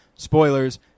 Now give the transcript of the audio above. Spoilers